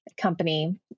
company